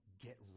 get